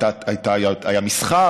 היה מסחר,